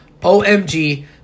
OMG